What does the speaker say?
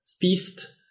Feast